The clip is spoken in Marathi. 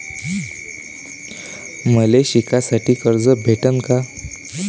मले शिकासाठी कर्ज भेटन का?